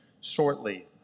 shortly